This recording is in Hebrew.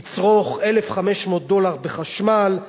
היא תצרוך 1,500 דולר בחשמל,